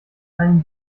kein